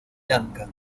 lanka